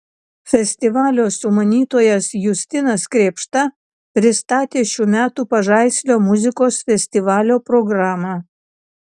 festivalio sumanytojas justinas krėpšta pristatė šių metų pažaislio muzikos festivalio programą